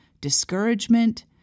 discouragement